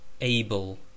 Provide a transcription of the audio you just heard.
Able